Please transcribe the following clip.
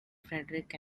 frederick